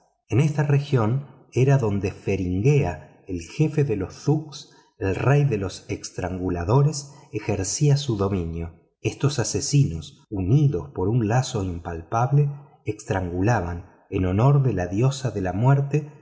en esta región era donde feringhea el jefe de los thugs el rey de los estranguladores ejercía su dominio estos asesinos unidos por un lazo impalpable estrangulaban en honor de la diosa de la muerte